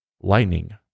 lightning